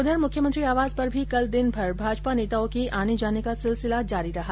उधर मुख्यमंत्री आवास पर भी कल दिनभर भाजपा नेताओं के आने जाने का सिलसिला जारी रहा